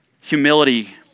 humility